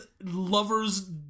lover's